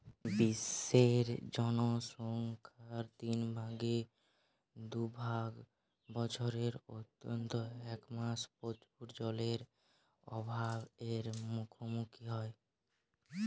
বিশ্বের জনসংখ্যার তিন ভাগের দু ভাগ বছরের অন্তত এক মাস প্রচুর জলের অভাব এর মুখোমুখী হয়